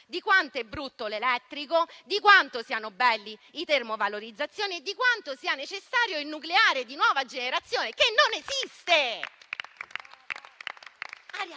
di quanto sia brutto l'elettrico, di quanto siano belli i termovalorizzatori e di quanto sia necessario il nucleare di nuova generazione che non esiste.